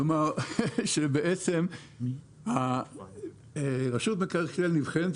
כלומר שבעצם רשות מקרקעי ישראל נבחנת